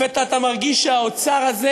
לפתע אתה מרגיש שהאוצר הזה